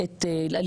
אתם קבעתם לנו.